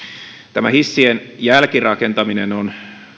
tämä hissien jälkirakentaminen on